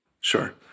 Sure